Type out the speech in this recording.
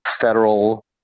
federal